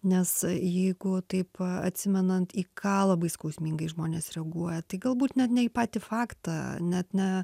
nes jeigu taip atsimenant į ką labai skausmingai žmonės reaguoja tai galbūt net ne į patį faktą net ne